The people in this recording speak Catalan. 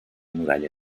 muralla